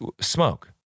smoke